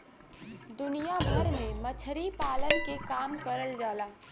दुनिया भर में मछरी पालन के काम करल जाला